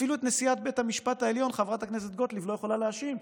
אפילו את נשיאת בית המשפט העליון חברת הכנסת גוטליב לא יכולה להאשים,